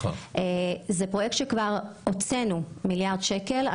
זה פרויקט שכבר הוצאנו עבורו מיליארד שקלים.